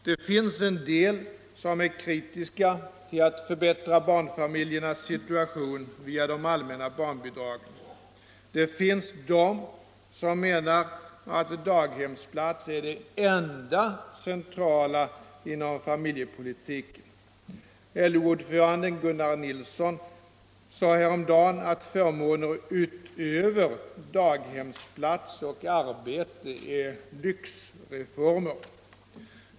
Det finns personer som är kritiska till att förbättra barnfamiljernas situation via de allmänna barnbidragen. De menar att daghemsplats är det enda centrala inom familjepolitiken. LO-ordföranden Gunnar Nilsson sade häromdagen att förmåner utöver daghemsplats och arbete är lyxreformer.